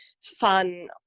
fun